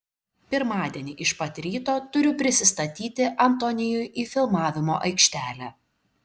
pirmadienį iš pat ryto turiu prisistatyti antonijui į filmavimo aikštelę